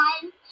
time